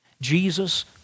Jesus